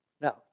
Now